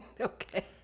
Okay